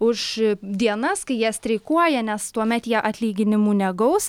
už dienas kai jie streikuoja nes tuomet jie atlyginimų negaus